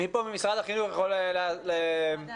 ממשרד החינוך יכול להתייחס לזה?